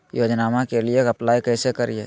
योजनामा के लिए अप्लाई कैसे करिए?